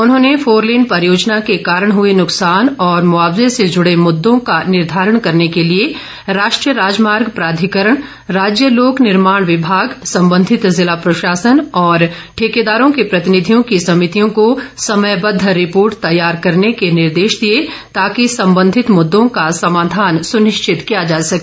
उन्होंने फोरलेन परियोजनाओं के कारण हुए नुकसान और मुआवजे से जुड़े मुददों का निर्घारण करने के लिए राष्ट्रीय राजमार्ग प्राधिकरण राज्य लोक निर्माण विमाग संबंधित जिला प्रशासन और ठेकेदारों के प्रतिनिधियों की समितियों को समयबद्ध रिपोर्ट तैयार करने के निर्देश दिए ताकि संबंधित मुददों का समाधान सुनिश्चित किया जा सके